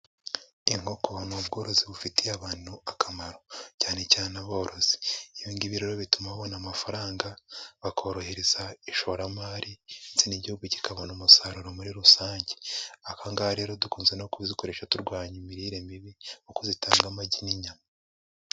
Inkoko ni ubworozi bufitiye abantu akamaro cyane cyane aborozi. Ibingibi rero bituma babona amafaranga bakorohereza ishoramari ndetse n'igihugu kikabona umusaruro muri rusange, ahangaha rero dukunze no kuzikoresha turwanya imirire mibi kuko zitanga amagi n'inyama.